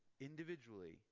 individually